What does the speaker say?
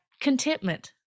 contentment